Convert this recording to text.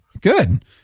Good